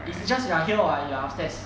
is it just you are here or you are upstairs